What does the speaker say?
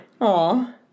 Aw